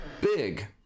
big